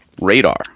radar